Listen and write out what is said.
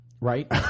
Right